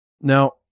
Now